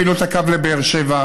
לא הכפילו את הקו לבאר שבע,